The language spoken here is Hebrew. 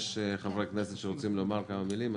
יש חברי כנסת שרוצים לומר כמה מילים,